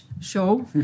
show